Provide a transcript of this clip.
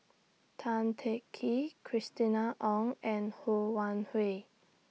Tan Teng Kee Christina Ong and Ho Wan Hui